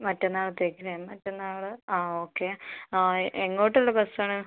മറ്റന്നാളത്തേക്ക് മറ്റന്നാൾ ആ ഓക്കെ ആ എങ്ങോട്ടുള്ള ബസ് ആണ്